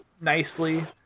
nicely